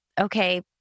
okay